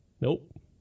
Nope